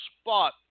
spot